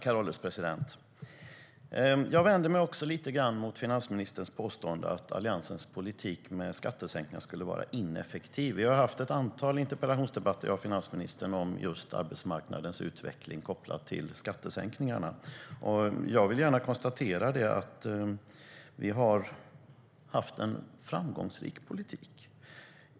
Herr ålderspresident! Jag vänder mig lite grann mot finansministerns påstående att Alliansens politik med sänkning av skatterna skulle ha varit ineffektiv. Jag och finansministern har haft ett antal interpellationsdebatter om arbetsmarknadens utveckling kopplad till skattesänkningarna. Jag vill gärna säga att vi har fört en framgångsrik politik.